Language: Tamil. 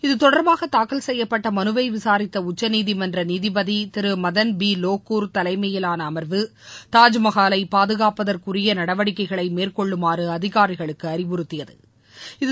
இத்தொடர்பாக தாக்கல் செய்யப்பட்ட மனுவை விசாரித்த உச்சநீதிமன்ற நீதிபதி திரு மதன் பி லோகூர் தலைமையிலான அமர்வு தாஜ்மஹாலை பாதுகாப்பதற்குரிய நடவடிக்கைகளை மேற்கொள்ளுமாறு அதிகாரிகளுக்கு அறிவுறுத்தியது